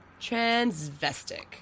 transvestic